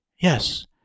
Yes